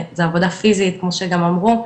זו עבודה פיזית כמו שגם אמרו,